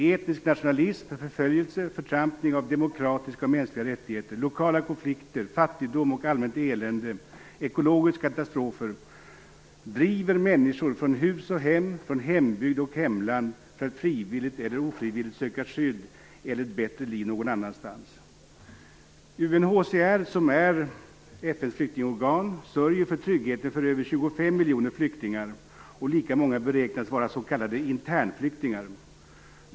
Etnisk nationalism, förföljelse, förtrampning av demokratiska och mänskliga rättigheter, lokala konflikter, fattigdom och allmänt elände samt ekologiska katastrofer driver människor från hus och hem, från hembygd och hemland för att frivilligt eller ofrivilligt söka skydd eller ett bättre liv någon annanstans. UNHCR, som är FN:s flyktingorgan, sörjer för tryggheten för över 25 miljoner flyktingar, och lika många beräknas vara s.k. internflyktingar.